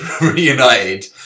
reunited